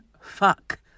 fuck